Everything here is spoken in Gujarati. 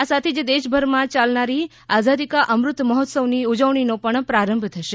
આ સાથે જ દેશ ભરમાં ચાલનારી આઝાદી કા અમૃત મહોત્સવ ની ઉજવણીનો પણ પ્રારંભ થશે